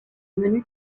menu